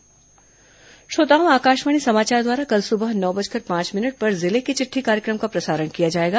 जिले की चिट्ठी श्रोताओं आकाशवाणी समाचार द्वारा कल सुबह नौ बजकर पांच मिनट पर जिले की चिट्ठी कार्यक्रम का प्रसारण किया जाएगा